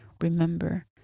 Remember